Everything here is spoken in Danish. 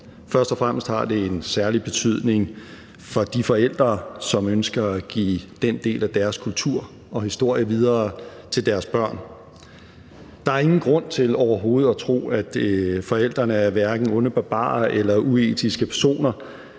Først og fremmest har det en særlig betydning for de forældre, som ønsker at give den del af deres kultur og historie videre til deres børn. Der er ingen grund til overhovedet at tro, at forældrene er onde barbarer eller uetiske personer.